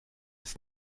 ist